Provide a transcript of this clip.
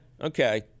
okay